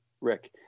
Rick